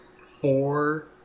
four